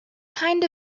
kind